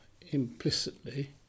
implicitly